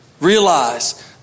Realize